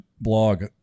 blog